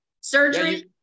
Surgery